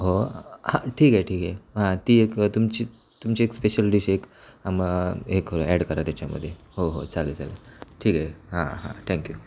हो हां ठीक आहे ठीक आहे हां ती एक तुमची तुमची एक स्पेशल डिश एक अमा एक ऍड करा त्याच्यामध्ये हो हो चालेल चालेल ठीक आहे हां हां थँक्यू